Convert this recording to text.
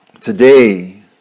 today